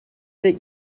that